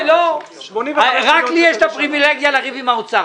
רק לי יש את הפריבילגיה לריב עם האוצר.